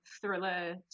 thriller